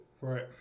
right